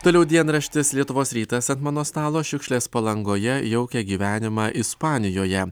toliau dienraštis lietuvos rytas ant mano stalo šiukšlės palangoje jaukė gyvenimą ispanijoje